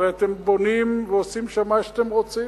הרי אתם בונים ועושים שם מה שאתם רוצים,